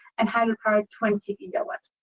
and hydropower twenty gigawatts.